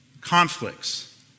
conflicts